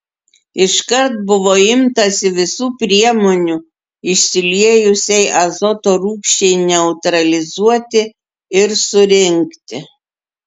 iškart buvo imtasi visų priemonių išsiliejusiai azoto rūgščiai neutralizuoti ir surinkti